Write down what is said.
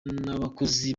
n’abakozi